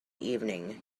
evening